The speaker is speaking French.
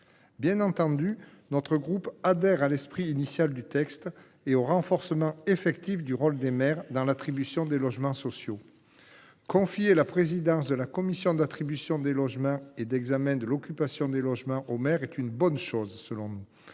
Bien entendu, notre groupe adhère à l’esprit initial du texte et à l’objectif d’un renforcement effectif du rôle des maires dans l’attribution des logements sociaux. Confier au maire la présidence de la commission d’attribution des logements et d’examen de l’occupation des logements est selon nous une bonne chose, tout